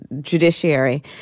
Judiciary